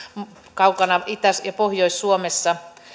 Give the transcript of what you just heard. kaukana itä ja pohjois suomessa